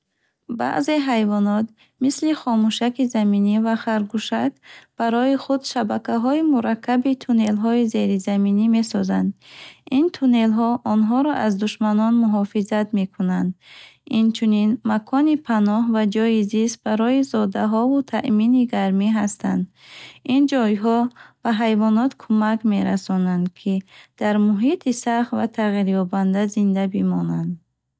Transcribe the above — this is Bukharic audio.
Баъзе ҳайвонот, мисли хомӯшаки заминӣ ва харгӯшак, барои худ шабакаҳои мураккаби туннелҳои зеризаминӣ месозанд. Ин туннелҳо онҳоро аз душманон муҳофизат мекунанд, инчунин макони паноҳ ва ҷои зист барои зодаҳову таъмини гармӣ ҳастанд. Ин ҷойҳо ба ҳайвонот кӯмак мерасонанд, ки дар муҳити сахт ва тағйирёбанда зинда бимонанд.